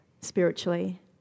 spiritually